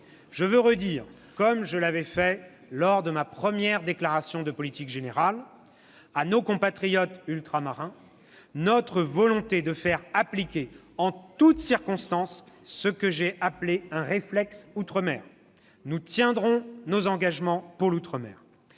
Je veux redire, comme je l'avais fait lors de ma première déclaration de politique générale, à nos compatriotes ultramarins notre volonté de faire appliquer en toutes circonstances ce que j'ai appelé un " réflexe outre-mer ". Nous tiendrons nos engagements. « Transformer